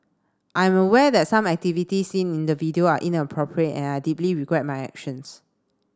I'm aware that some activities seen in the video are inappropriate and I deeply regret my actions